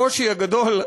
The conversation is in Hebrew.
הקושי הגדול,